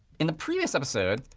in the previous episode,